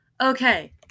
okay